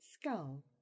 skull